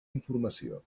informació